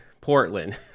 Portland